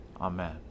Amen